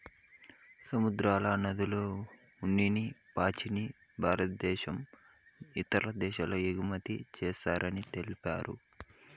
సముద్రాల, నదుల్ల ఉన్ని పాచిని భారద్దేశం ఇదేశాలకు ఎగుమతి చేస్తారని తెలిపారు